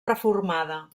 reformada